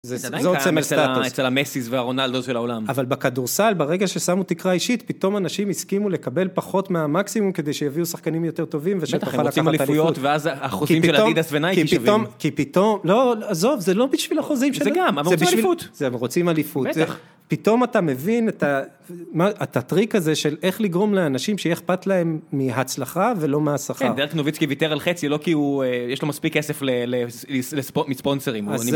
זה עוד סמל סטטוס. אצל המסיס והרונלדו של העולם. אבל בכדורסל, ברגע ששמו תקרה אישית, פתאום אנשים הסכימו לקבל פחות מהמקסימום, כדי שיביאו שחקנים יותר טובים ושתוכל לקחת אליפויות. ואז החוזים של אדידס ונייקי שווים. כי פתאום, לא, עזוב, זה לא בשביל החוזים, שזה גם, אבל רוצים עליפות. זה, רוצים אליפות. פתאום אתה מבין את הטריק הזה של איך לגרום לאנשים שיהיה איכפת להם מהצלחה ולא מהשכר. כן, דירק נוביצקי ויתר על חצי, לא כי יש לו מספיק כסף לספונסרים.